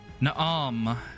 Na'am